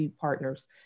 partners